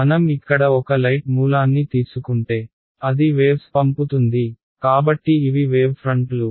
మనం ఇక్కడ ఒక లైట్ మూలాన్ని తీసుకుంటే అది వేవ్స్ పంపుతుంది కాబట్టి ఇవి వేవ్ ఫ్రంట్లు